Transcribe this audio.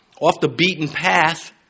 off-the-beaten-path